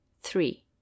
Three